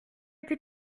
été